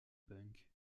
punk